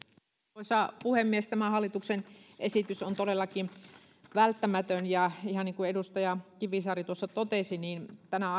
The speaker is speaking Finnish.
arvoisa puhemies tämä hallituksen esitys on todellakin välttämätön ihan niin kuin edustaja kivisaari tuossa totesi niin tänä